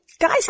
Guys